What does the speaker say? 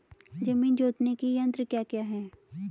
जमीन जोतने के यंत्र क्या क्या हैं?